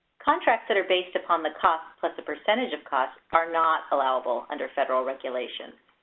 contracts that are based upon the cost plus a percentage of costs are not allowable under federal regulations.